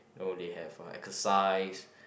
oh they have uh exercise